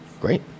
Great